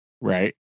right